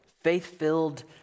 faith-filled